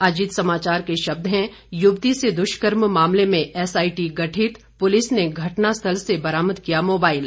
अजीत समाचार के शब्द हैं युवती से दुष्कर्म मामले में एसआईटी गठित पुलिस ने घटनास्थल से बरामद किया मोबाइल